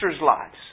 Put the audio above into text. lives